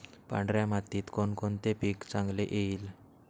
पांढऱ्या मातीत कोणकोणते पीक चांगले येईल?